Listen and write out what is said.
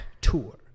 tour